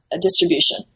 distribution